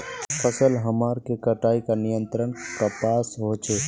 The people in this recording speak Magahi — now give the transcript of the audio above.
फसल हमार के कटाई का नियंत्रण कपास होचे?